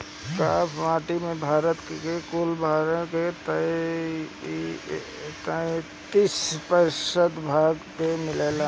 काप माटी भारत के कुल भाग के तैंतालीस प्रतिशत भाग पे मिलेला